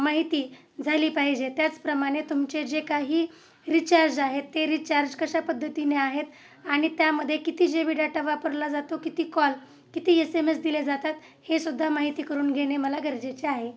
माहिती झाली पाहिजे त्याचप्रमाणे तुमचे जे काही रिचार्ज आहेत ते रिचार्ज कशा पद्धतीने आहेत आणि त्यामध्ये किती जी बी डाटा वापरला जातो किती कॉल किती एस एम एस दिले जातात हे सुद्धा माहिती करून घेणे मला गरजेचे आहे